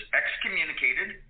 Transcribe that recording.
excommunicated